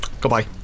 Goodbye